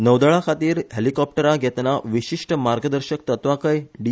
नौदळा खातीर हॅलिकॉपटरा घेतना विशिष्ट मार्गदर्शक तत्वांकय डि